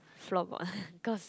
floorball cause